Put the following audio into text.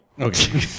Okay